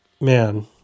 man